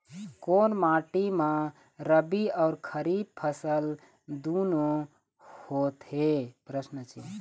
कोन माटी म रबी अऊ खरीफ फसल दूनों होत हे?